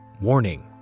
Warning